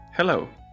Hello